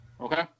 Okay